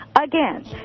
again